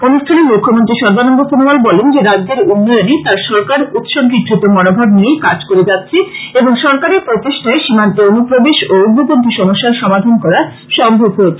অনুষ্ঠানে মৃখ্যমন্ত্রী সর্বানন্দ সনোয়াল বলেন যে রাজ্যের উন্নয়নে তার সরকার উৎসর্গীকৃত মনোভাব নিয়ে কাজ করে যাচ্ছে এবং সরকারের প্রচেষ্টায় সীমান্তে অনুপ্রবেশ ও উগ্রপন্থী সমস্যার সমাধান করা সম্ভব হয়েছে